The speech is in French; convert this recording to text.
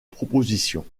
proposition